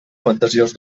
fantasiós